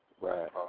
Right